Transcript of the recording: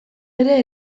ere